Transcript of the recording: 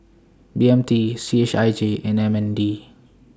B M T C H I J and M N D